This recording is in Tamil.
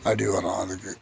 அடி உரம் அதுக்கு